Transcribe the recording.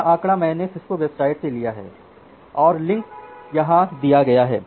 यह आंकड़ा मैंने सिस्को वेबसाइट से लिया है और लिंक यहाँ दिया गया है